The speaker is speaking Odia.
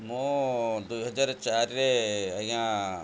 ମୁଁ ଦୁଇହଜାର ଚାରିରେ ଆଜ୍ଞା